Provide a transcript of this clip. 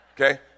Okay